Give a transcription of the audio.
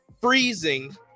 freezing